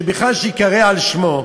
שבכלל ייקרא על שמו,